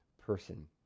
person